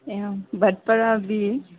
A Bhatpara be